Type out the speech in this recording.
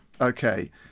Okay